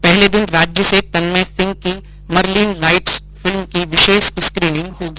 पहले दिन राज्य से तन्मय सिंह की मरलीन लाइट्स फिल्म की विशेष स्क्रीनिंग होगी